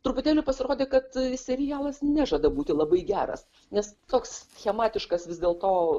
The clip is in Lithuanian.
truputėlį pasirodė kad serialas nežada būti labai geras nes toks schematiškas vis dėlto